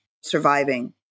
surviving